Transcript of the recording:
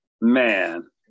man